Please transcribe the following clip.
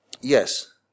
Yes